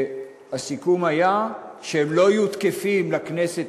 הסיכום היה שהם לא יהיו תקפים לכנסת